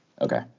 Okay